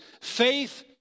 Faith